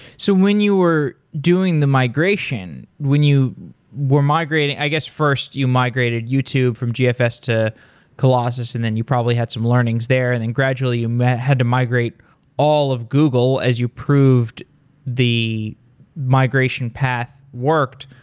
so when you were doing the migration, when you were migrating i guess first, you migrated youtube from gfs to colossus, and then you probably had some learnings there and then gradually you had to migrate all of google as you proved the migration path worked.